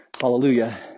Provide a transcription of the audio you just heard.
hallelujah